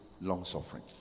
long-suffering